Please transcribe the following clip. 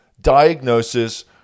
diagnosis